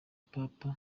papa